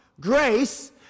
Grace